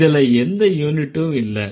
இதுல எந்த யூனிட்டும் இல்லை